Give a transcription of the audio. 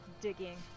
digging